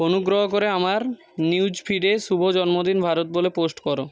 অনুগ্রহ করে আমার নিউজ ফিডে শুভ জন্মদিন ভারত বলে পোস্ট করো